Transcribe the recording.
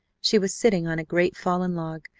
she was sitting on a great fallen log,